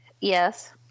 Yes